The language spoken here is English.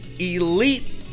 elite